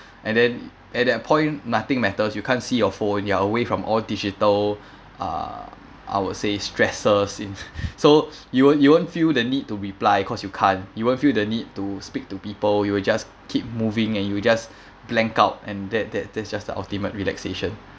and then at that point nothing matters you can't see your phone you're away from all digital uh I would say stresses it so you won't you won't feel the need to reply because you can't you won't feel the need to speak to people you will just keep moving and you will just blank out and that that that's just the ultimate relaxation